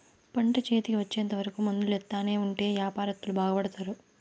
పంట చేతికి వచ్చేంత వరకు మందులు ఎత్తానే ఉంటే యాపారత్తులు బాగుపడుతారు